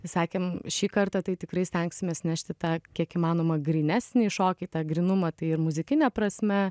sakėm šį kartą tai tikrai stengsimės nešti tą kiek įmanoma grynesnį šokį tą grynumą tai ir muzikine prasme